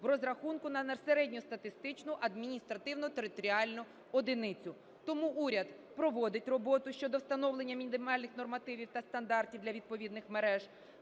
в розрахунку на середньостатистичну адміністративно-територіальну одиницю. Тому уряд проводить роботу щодо встановлення мінімальних нормативів та стандартів для відповідних мереж,